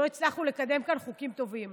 לא הצלחנו לקדם כאן חוקים טובים.